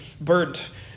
burnt